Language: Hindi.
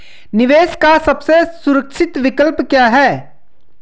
निवेश का सबसे सुरक्षित विकल्प क्या है?